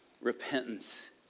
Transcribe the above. repentance